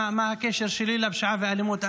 מה הקשר שלי לפשיעה והאלימות.